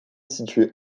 situé